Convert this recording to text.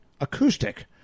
acoustic